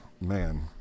Man